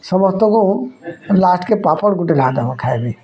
ସମସ୍ତଙ୍କୁ ଲାଷ୍ଟ୍କେ ପାମ୍ପଡ଼ ଗୁଟେ ଲାଖା ଦବ ଖାଇବି